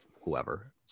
whoever